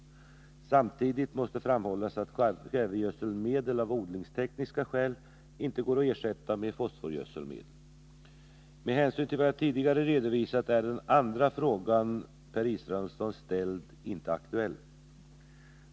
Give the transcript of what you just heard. Samtidigt måste framhållas att kvävegödselmedel av odlingstekniska skäl inte går att ersätta med fosforgödselmedel. Med hänsyn till vad jag tidigare redovisat är den andra fråga Per Israelsson ställt inte aktuell.